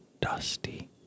dusty